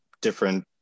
different